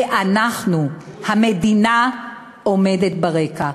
ואנחנו, המדינה עומדת ברקע.